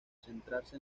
centrarse